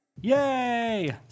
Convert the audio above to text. Yay